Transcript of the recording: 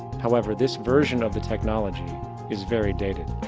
however this version of the technology is very dated.